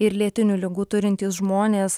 ir lėtinių ligų turintys žmonės